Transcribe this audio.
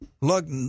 lug